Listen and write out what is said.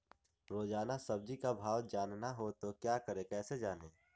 रोजाना सब्जी का भाव जानना हो तो क्या करें कैसे जाने?